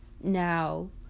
Now